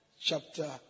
chapter